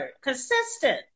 consistent